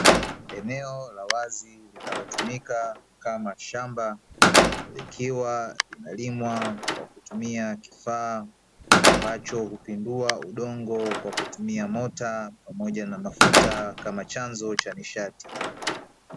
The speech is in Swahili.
Eneo la wazi, linalotumika kama shamba, likiwa linalimwa kwa kutumia kifaa ambacho hupindua udongo kwa kutumia mota pamoja na mafuta, kama chanzo cha nishati.